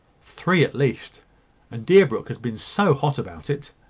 three at least and deerbrook has been so hot about it